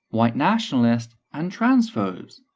white nationalists, and transphobes,